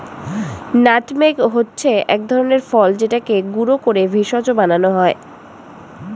nutmeg হচ্ছে এক ধরনের ফল যেটাকে গুঁড়ো করে ভেষজ বানানো হয়